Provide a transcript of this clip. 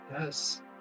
Yes